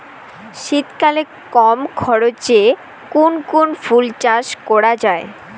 শীতকালে কম খরচে কোন কোন ফুল চাষ করা য়ায়?